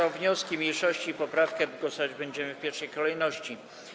Nad wnioskami mniejszości i poprawką głosować będziemy w pierwszej kolejności.